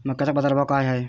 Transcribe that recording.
मक्याचा बाजारभाव काय हाय?